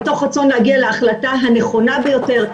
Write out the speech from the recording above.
מתוך רצון להגיע להחלטה הנכונה ביותר,